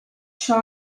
child